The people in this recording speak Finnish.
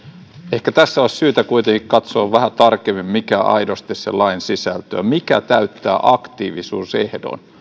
ehkä tässä olisi syytä kuitenkin katsoa vähän tarkemmin mikä on aidosti se lain sisältö mikä täyttää aktiivisuusehdon